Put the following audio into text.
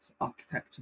architecture